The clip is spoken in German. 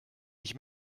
ich